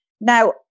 Now